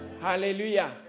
Hallelujah